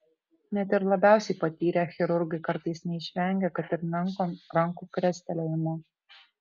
net ir labiausiai patyrę chirurgai kartais neišvengia kad ir menko rankų krestelėjimo